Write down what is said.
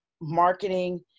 marketing